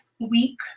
week